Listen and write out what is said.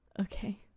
okay